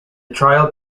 trial